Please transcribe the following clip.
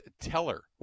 Teller